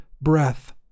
breath